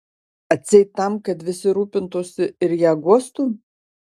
atseit tam kad visi rūpintųsi ir ją guostų